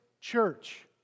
church